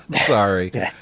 sorry